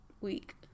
week